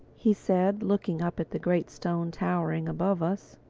he said, looking up at the great stone towering above us,